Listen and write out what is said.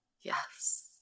Yes